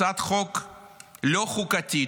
הצעת חוק לא חוקתית,